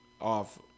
off